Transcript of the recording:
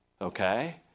Okay